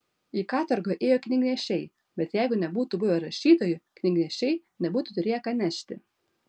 į katorgą ėjo knygnešiai bet jeigu nebūtų buvę rašytojų knygnešiai nebūtų turėję ką nešti